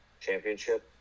championship